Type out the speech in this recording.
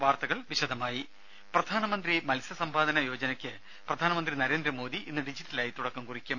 വാർത്തകൾ വിശദമായി പ്രധാനമന്ത്രി മത്സ്യ സമ്പാദ യോജനക്ക് പ്രധാനമന്ത്രി നരേന്ദ്രമോദി ഇന്ന് ഡിജിറ്റലായി തുടക്കം കുറിക്കും